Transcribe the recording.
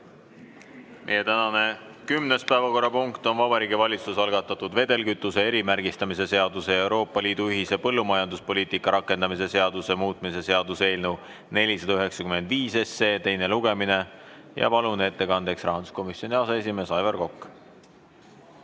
Meie tänane kümnes päevakorrapunkt on Vabariigi Valitsuse algatatud vedelkütuse erimärgistamise seaduse ja Euroopa Liidu ühise põllumajanduspoliitika rakendamise seaduse muutmise seaduse eelnõu 495 teine lugemine. Palun ettekandjaks, rahanduskomisjoni aseesimees Aivar Kokk!